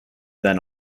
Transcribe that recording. then